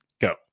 go